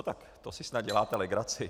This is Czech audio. Tak to si snad děláte legraci!